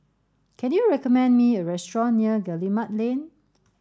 can you recommend me a restaurant near Guillemard Lane